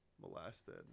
molested